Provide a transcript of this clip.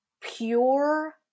pure